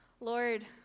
Lord